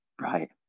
Right